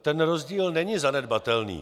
Ten rozdíl není zanedbatelný.